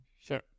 Sure